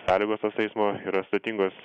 sąlygos tos eismo yra sudėtingos